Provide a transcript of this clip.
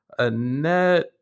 Annette